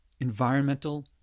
Environmental